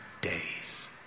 days